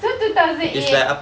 so two thousand eight